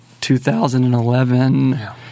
2011